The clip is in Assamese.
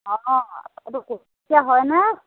অঁ এইটো হয়নে